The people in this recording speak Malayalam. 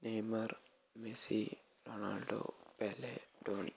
Neymar Messi Ronaldo Pele Dhoni